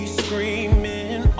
screaming